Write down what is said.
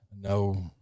No